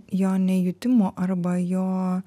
jo nejutimo arba jo